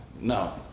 no